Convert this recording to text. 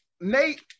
Nate